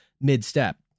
mid-step